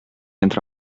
entra